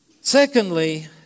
Secondly